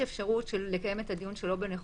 והסיכון הבריאותי הטמון בהבאת כלואים לבתי הדין הצבאיים